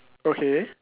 okay